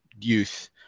youth